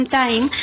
time